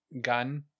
gun